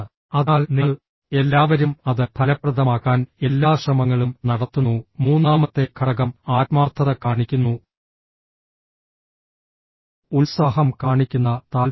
അതിനാൽ നിങ്ങൾ എല്ലാവരും അത് ഫലപ്രദമാക്കാൻ എല്ലാ ശ്രമങ്ങളും നടത്തുന്നു മൂന്നാമത്തെ ഘടകം ആത്മാർത്ഥത കാണിക്കുന്നു ഉത്സാഹം കാണിക്കുന്ന താൽപ്പര്യം